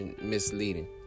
misleading